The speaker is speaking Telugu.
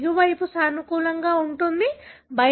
1 P